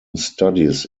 studies